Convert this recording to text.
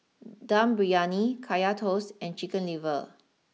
Dum Briyani Kaya Toast and Chicken liver